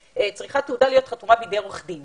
שצריכה תעודה להיות חתומה בידי עורך דין